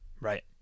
Right